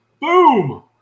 Boom